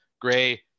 gray